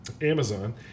Amazon